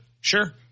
sure